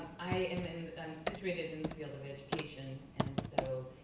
i am and um situated in the field of education, and so,